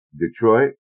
Detroit